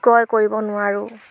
ক্ৰয় কৰিব নোৱাৰোঁ